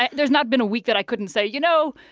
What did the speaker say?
and there's not been a week that i couldn't say, you know,